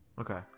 Okay